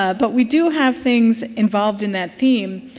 ah but we do have things involved in that theme,